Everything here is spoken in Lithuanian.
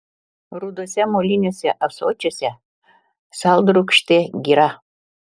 ruduose moliniuose ąsočiuose saldrūgštė gira